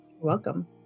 welcome